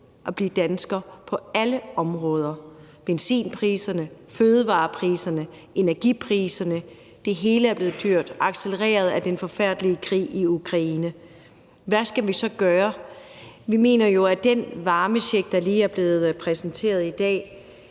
at være dansker på alle områder. Benzinpriserne, fødevarepriserne, energipriserne – det hele er blevet dyrt, accelereret af den forfærdelige krig i Ukraine. Hvad skal vi så gøre? Vi mener jo, at den varmecheck, der lige er blevet præsenteret i dag,